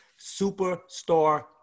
superstar